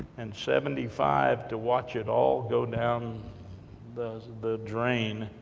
and seventy five, to watch it all go down the the drain,